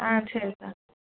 ஆ சரிக்கா